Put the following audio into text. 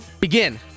Begin